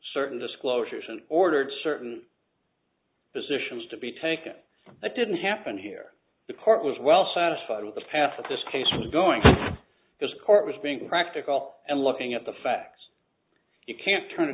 certain disclosures and ordered certain positions to be taken that didn't happen here the court was well satisfied with the path of this case was going to this court was being practical and looking at the facts you can't turn a